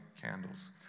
candles